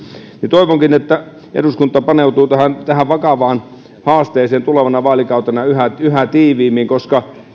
toivonkin että eduskunta paneutuu tähän tähän vakavaan haasteeseen tulevana vaalikautena yhä yhä tiiviimmin koska